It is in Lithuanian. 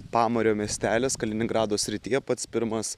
pamario miestelis kaliningrado srityje pats pirmas